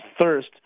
thirst